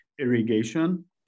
irrigation